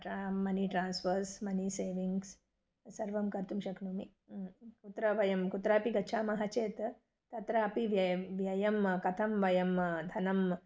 ट्रा money transfers money savings सर्वं कर्तुं शक्नोमि कुत्र वयं कुत्रापि गच्छामः चेत् तत्रापि व्ययः व्ययः कथं वयं धनं